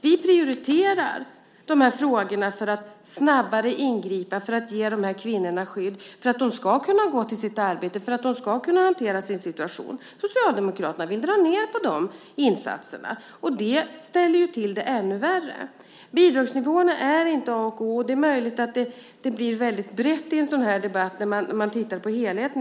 Vi prioriterar de här frågorna för att snabbare ingripa och ge de här kvinnorna skydd så att de ska kunna gå till sitt arbete och hantera sin situation. Socialdemokraterna vill dra ned på de insatserna. Det ställer ju till det ännu värre. Bidragsnivåerna är inte A och O. Det är möjligt att en sådan här debatt blir väldigt bred när man tittar på helheten.